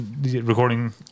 recording